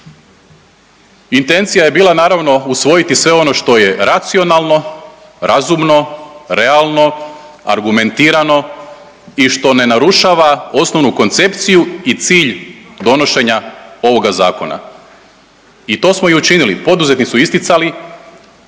Intencija je bila naravno usvojiti sve ono što je racionalno, razumno, realno, argumentirano i što ne narušava osnovnu koncepciju i cilj donošenja ovoga zakona i to smo i učinili, poduzetnici su isticali